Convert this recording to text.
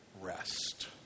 rest